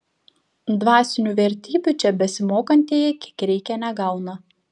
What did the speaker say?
dvasinių vertybių čia besimokantieji kiek reikia negauna